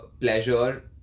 pleasure